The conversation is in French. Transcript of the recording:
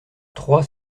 trois